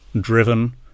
driven